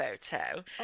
photo